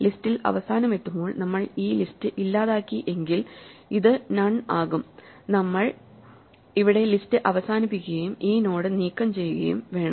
ലിസ്റ്റിൽ അവസാനം എത്തുമ്പോൾ നമ്മൾ ഈ ലിസ്റ്റ് ഇല്ലാതാക്കി എങ്കിൽ ഇത് നൺ ആകും നമ്മൾ ഇവിടെ ലിസ്റ്റ് അവസാനിപ്പിക്കുകയും ഈ നോഡ് നീക്കം ചെയ്യുകയും വേണം